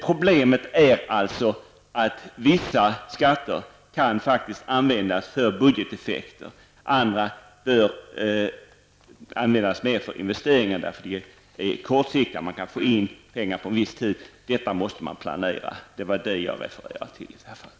Problemet är alltså att vissa skatter faktiskt kan användas för budgeteffekter, andra bör användas mer för investeringar, eftersom de är kortsiktiga. Man kan få in pengar på en viss tid. Detta måste man planera. Det var det jag refererade till i det här fallet.